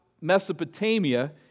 Mesopotamia